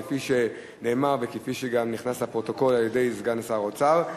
כפי שנאמר וכפי שגם נכנס לפרוטוקול על-ידי סגן שר האוצר.